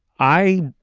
i